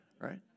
right